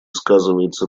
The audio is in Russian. сказывается